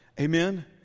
Amen